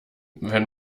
wenn